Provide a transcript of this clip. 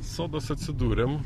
soduos atsidūrėm